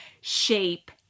shape